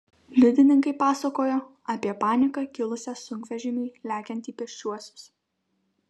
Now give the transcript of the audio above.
liudininkai pasakojo apie paniką kilusią sunkvežimiui lekiant į pėsčiuosius